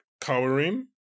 cowering